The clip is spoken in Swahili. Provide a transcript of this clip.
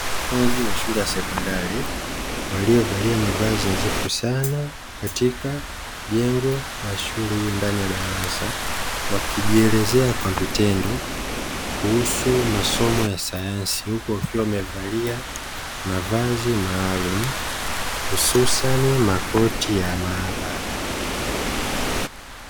Wanafunzi wa shule ya sekondari waliovalia mavazi nadhifu sana katika jengo la shule hiyo ndani ya darasa wakijielezea kwa vitendo kuhusu masomo ya sayansi, huku wakiwa wamevalia mavazi maalumu hususani makoti ya maabara.